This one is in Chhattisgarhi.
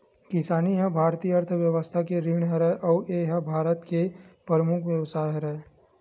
किसानी ह भारतीय अर्थबेवस्था के रीढ़ हरय अउ ए ह भारत के परमुख बेवसाय हरय